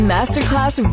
Masterclass